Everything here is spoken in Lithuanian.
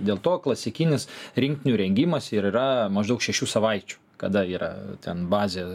dėl to klasikinis rinktinių rengimas ir yra maždaug šešių savaičių kada yra ten bazė